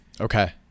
Okay